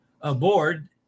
aboard